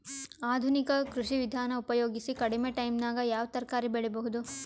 ಆಧುನಿಕ ಕೃಷಿ ವಿಧಾನ ಉಪಯೋಗಿಸಿ ಕಡಿಮ ಟೈಮನಾಗ ಯಾವ ತರಕಾರಿ ಬೆಳಿಬಹುದು?